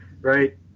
Right